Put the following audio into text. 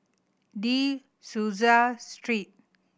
De Souza Street